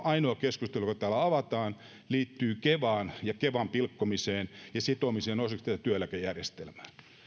ainoa keskustelu joka täällä avataan liittyy kevaan ja kevan pilkkomiseen ja sitomiseen osaksi tätä työeläkejärjestelmää